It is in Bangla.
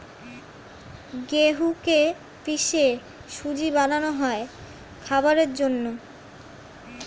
গেহুকে পিষে সুজি বানানো হয় খাবারের জন্যে